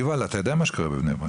יובל, אתה יודע מה שקורה בבני ברק?